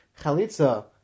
Chalitza